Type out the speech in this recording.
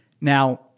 Now